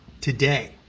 today